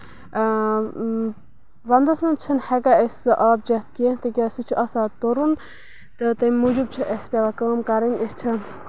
اۭں وَندَس منٛز چھِنہٕ ہٮ۪کان أسۍ سُہ آب چٮ۪تھ کیٚنہہ تِکیازِ سُہ چھُ آسان تُرُن تہٕ تَمہِ موٗجوٗب چھُ اَسہِ پٮ۪وان کٲم کَرٕنۍ أسۍ چھِ